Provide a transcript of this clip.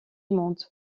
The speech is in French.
monde